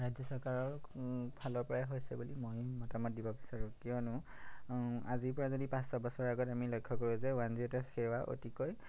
ৰাজ্য চৰকাৰৰ ফালৰ পৰাই হৈছে বুলি মই মতামত দিব বিচাৰোঁ কিয়নো আজিৰ পৰা যদি পাঁচ ছবছৰ আগতে আমি লক্ষ্য কৰোঁ যে ওৱান জিৰ' এইটৰ সেৱা অতিকৈ